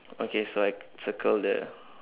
okay so I circle the